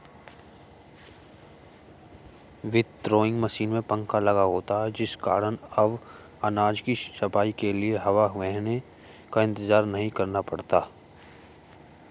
winnowing machine में पंखा लगा होता है जिस कारण अब अनाज की सफाई के लिए हवा बहने का इंतजार नहीं करना पड़ता है